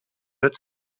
but